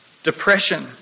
Depression